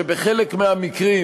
שבחלק מהמקרים